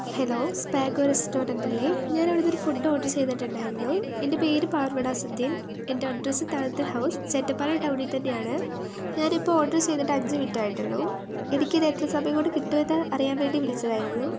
hello Spago restaurant അല്ലേ ഞാനവിടെ നിന്നൊരു ഫുഡ്ഡ് ഓർഡർ ചെയ്തിട്ടുണ്ടായിരുന്നു എന്റെ പേര് പാർവ്വണ സത്യൻ എന്റെ അഡ്രസ്സ് തളത്തിൽ ഹൗസ് സെറ്റപ്പാലം ടൗണിൽ തന്നെയാണ് ഞാനിപ്പോൾ ഓർഡർ ചെയ്തിട്ട് അഞ്ച് മിനുട്ട് ആയിട്ടുള്ളൂ എനിക്കിത് എത്ര സമയം കൊണ്ട് കിട്ടും എന്ന് അറിയാൻ വേണ്ടി വിളിച്ചതായിരുന്നു